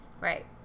Right